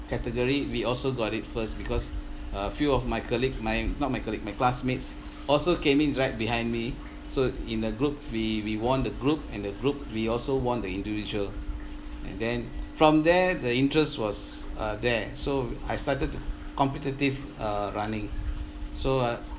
category we also got it first because a few of my colleague my not my colleague my classmates also came in right behind me so in a group we we won the group and the group we also won the individual and then from there the interest was uh there so I started to competitive uh running so uh